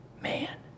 Man